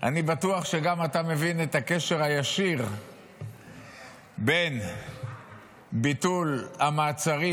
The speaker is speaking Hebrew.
אני בטוח שגם אתה מבין את הקשר הישיר בין ביטול המעצרים,